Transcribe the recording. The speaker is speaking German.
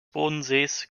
bodensees